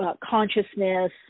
consciousness